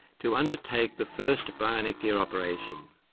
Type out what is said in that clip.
to undertake the first bionic ear operation,